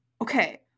okay